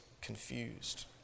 confused